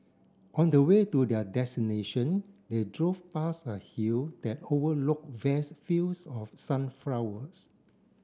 on the way to their destination they drove past a hill that overlooked vast fields of sunflowers